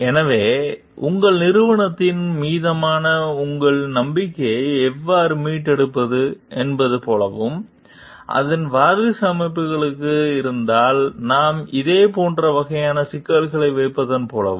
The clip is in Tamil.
எனவே உங்கள் நிறுவனத்தின் மீதான உங்கள் நம்பிக்கையை எவ்வாறு மீட்டெடுப்பது என்பது போலவும் அதன் வாரிசு அமைப்புகளுக்கு இருந்தால் நாம் இதே போன்ற வகையான சிக்கல்களை வைப்பதைப் போலவும்